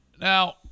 Now